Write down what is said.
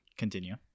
continue